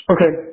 Okay